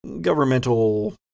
governmental